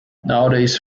nowadays